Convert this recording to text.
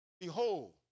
behold